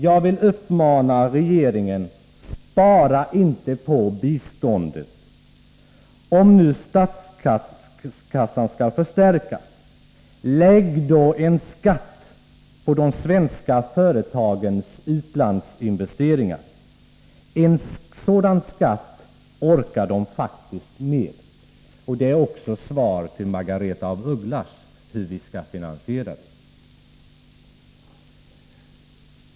Jag vill uppmana regeringen: Spara inte på biståndet! Om nu statskassån skall förstärkas, lägg då en skatt på de svenska företagens utlandsinvesteringar! En sådan skatt orkar de faktiskt med. Detta är också svar till Margaretha af Ugglas på frågan hur vi skall finansiera det hela.